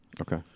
Okay